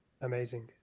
Amazing